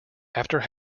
after